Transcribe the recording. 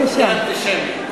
זה אנטישמי.